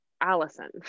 Allison